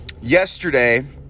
Yesterday